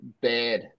bad